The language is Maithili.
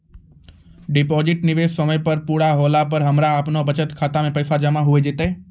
डिपॉजिट निवेश के समय पूरा होला पर हमरा आपनौ बचत खाता मे पैसा जमा होय जैतै?